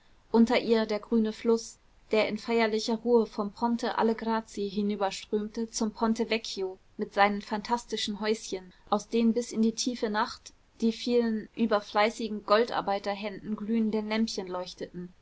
unter ihr der grüne fluß der in feierlicher ruhe vom ponte alle grazie hinüberströmte zum ponte vecchio mit seinen phantastischen häuschen aus denen bis in die tiefe nacht die vielen über fleißigen goldarbeiterhänden glühenden lämpchen leuchteten